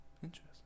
Interesting